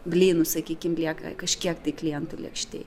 blynų sakykim lieka kažkiek tai klientui lėkštėj